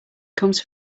comes